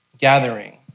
gathering